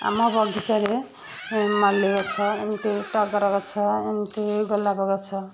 ଆମ ବଗିଚାରେ ମଲ୍ଲି ଗଛ ଏମିତି ଟଗର ଗଛ ଏମତି ଗୋଲାପ ଗଛ